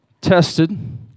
tested